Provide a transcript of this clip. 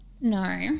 No